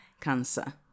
cancer